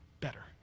better